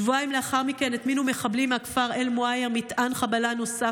שבועיים לאחר מכן הטמינו מחבלים מהכפר אל-מוע'ייר מטען חבלה נוסף,